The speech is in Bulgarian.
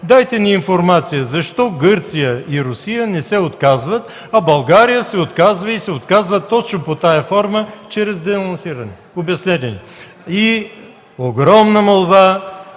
Дайте ни информация защо Гърция и Русия не се отказват, а България се отказва и се отказва точно под тази форма – чрез денонсиране? Обяснете ни! Огромна молба: